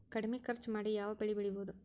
ಕಡಮಿ ಖರ್ಚ ಮಾಡಿ ಯಾವ್ ಬೆಳಿ ಬೆಳಿಬೋದ್?